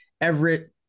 Everett